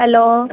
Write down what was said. hello